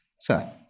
Sir